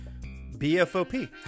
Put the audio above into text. BfOP